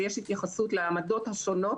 שיש התייחסות להעמדות השונות